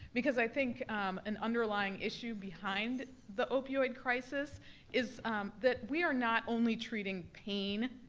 because i think an underlying issue behind the opioid crisis is that we are not only treating pain,